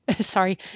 sorry